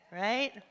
Right